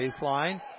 baseline